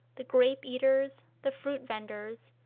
the grape eaters, the fruit venders,